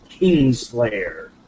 Kingslayer